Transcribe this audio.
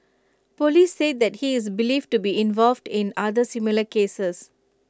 Police said that he is believed to be involved in other similar cases